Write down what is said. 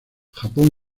japón